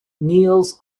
kneels